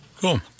Cool